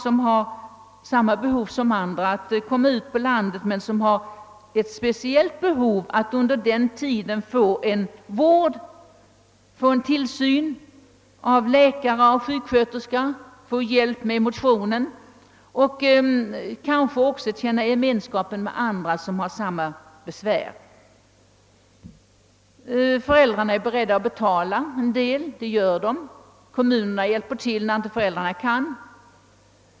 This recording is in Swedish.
De har samma behov som andra av att få komma ut på landet, men de har dessutom ett speciellt behov av att under den tiden få vård och tillsyn av läkare och sjuksköterskor. De behöver hjälp med motionen, och de behöver kanske också känna gemenskapen med andra barn som har samma besvär. Föräldrarna är beredda att betåla en del och gör det också. Kommunerna hjälper till när inte föräldrarna kan betala.